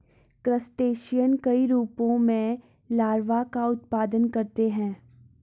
crustacean कई रूपों में लार्वा का उत्पादन करते हैं